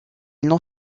n’en